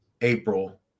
April